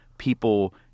People